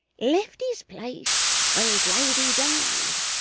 left this place when his lady died,